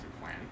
plan